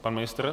Pan ministr?